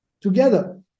together